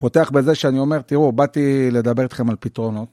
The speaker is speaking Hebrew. פותח בזה שאני אומר, תראו, באתי לדבר איתכם על פתרונות.